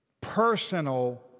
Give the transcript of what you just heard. personal